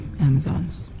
Amazons